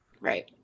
Right